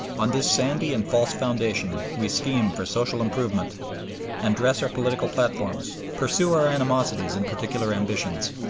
on this sandy and false foundation we scheme for social improvement and dress our political platforms, pursue our animosities and particular ambitions,